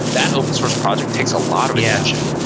that open source project takes a lot of attention.